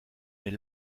est